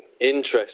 interesting